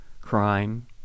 crime